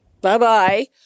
Bye-bye